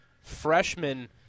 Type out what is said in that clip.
freshman